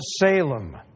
Salem